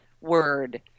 word